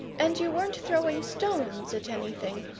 and you weren't throwing stones at anything,